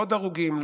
לעוד הרוגים,